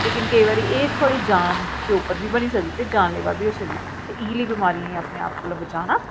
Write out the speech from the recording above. लेकिन केईं बारी एह् थोह्ड़ी जान दे उप्पर बी बनी सकदी जानलेवा बी होई सकदी ते इ'यै नेही बिमारियां गी अपने आप कोला बचाना